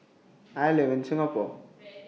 I live in Singapore